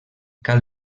cal